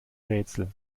rätsel